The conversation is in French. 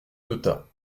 nota